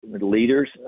leaders